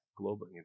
Global